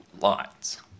lots